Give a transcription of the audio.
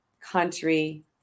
country